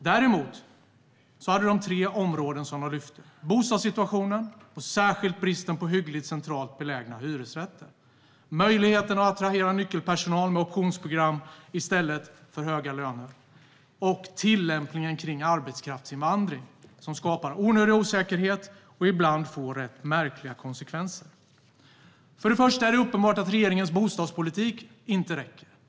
Däremot var det tre områden som de lyfte fram: bostadssituationen, särskilt bristen på hyggligt centralt belägna hyresrätter, möjligheten att attrahera nyckelpersonal med optionsprogram i stället för höga löner och tillämpningen av arbetskraftsinvandring som skapar onödig osäkerhet och som ibland får rätt märkliga konsekvenser. För det första: Det är uppenbart att regeringens bostadspolitik inte räcker.